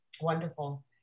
Wonderful